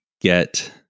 get